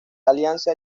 alianza